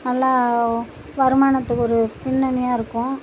நல்லா வருமானத்துக்கு ஒரு பின்னணியாக இருக்கும்